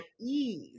ease